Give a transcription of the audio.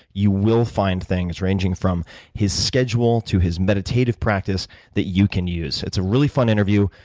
you will find things ranging from his schedule to his meditative practice that you can use. it's a really fun interview.